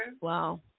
Wow